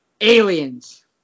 Aliens